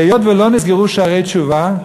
והיות שלא נסגרו שערי תשובה,